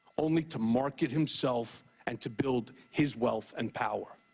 only to market himself and to build his wealth and power.